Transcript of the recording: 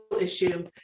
issue